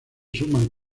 suman